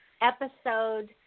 episode